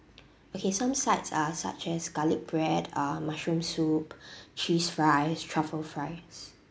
okay some sides are such as garlic bread uh mushroom soup cheese fries truffle fries